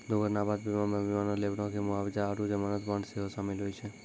दुर्घटना आपात बीमा मे विमानो, लेबरो के मुआबजा आरु जमानत बांड सेहो शामिल होय छै